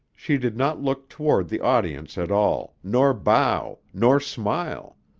she did not look toward the audience at all, nor bow, nor smile,